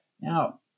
now